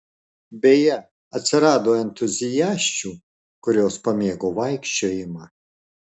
beje atsirado entuziasčių kurios pamėgo vaikščiojimą